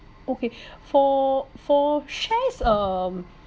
okay for for shares um